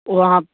ओ अहाँ